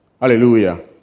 Hallelujah